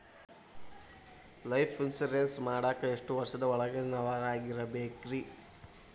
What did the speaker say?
Life insurance ಮಾಡಾಕ ಎಷ್ಟು ವರ್ಷದ ಒಳಗಿನವರಾಗಿರಬೇಕ್ರಿ?